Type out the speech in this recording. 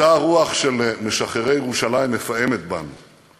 אותה הרוח של משחררי ירושלים מפעמת בנו.